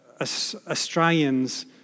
Australians